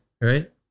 right